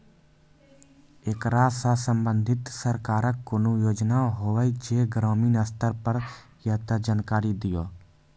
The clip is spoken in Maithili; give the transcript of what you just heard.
ऐकरा सऽ संबंधित सरकारक कूनू योजना होवे जे ग्रामीण स्तर पर ये तऽ जानकारी दियो?